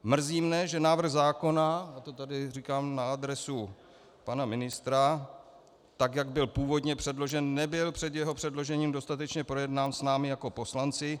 Mrzí mě, že návrh zákona, a to tady říkám na adresu pana ministra, tak jak byl původně předložen, nebyl před jeho předložením dostatečně projednán s námi jako poslanci.